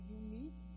unique